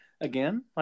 again